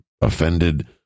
offended